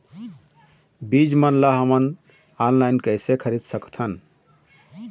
बीज मन ला हमन ऑनलाइन कइसे खरीद सकथन?